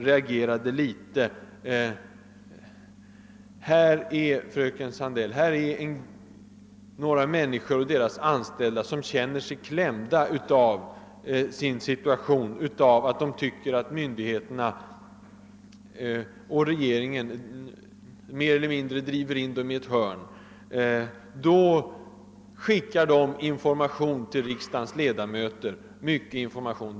Här är det, fröken Sandeil, fråga om ett fåtal människor som känner sin situation hotad genom regeringens förslag. Då skickar de information, mycket information, till riksdagens ledamöter.